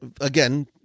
again